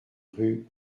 rue